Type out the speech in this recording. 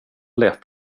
lätt